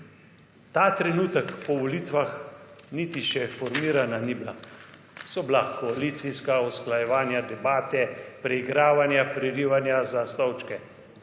ta trenutek po volitvah niti še formirana ni bila. So bila koalicijska usklajevanja, debate, preigravanja, prerivanja za stolčke.